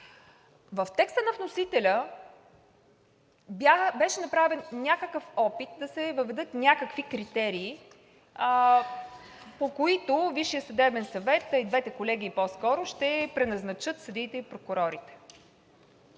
в текста на вносителя беше направен някакъв опит да се въведат някакви критерии, по които Висшият съдебен съвет, а и двете колегии по-скоро, ще преназначат съдиите и прокурорите.